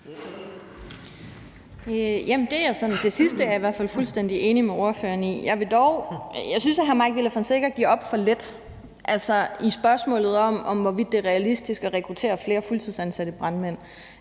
Det sidste er jeg fuldstændig enig med ordføreren i. Jeg synes dog, at hr. Mike Villa Fonseca giver op for let i spørgsmålet om, hvorvidt det er realistisk at rekruttere flere fuldtidsansatte brandmænd.